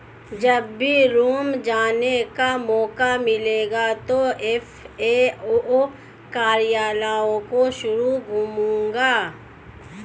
जब भी रोम जाने का मौका मिलेगा तो एफ.ए.ओ कार्यालय जरूर घूमूंगा